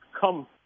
come